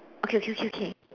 okay okay okay okay